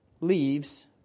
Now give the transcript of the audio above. leaves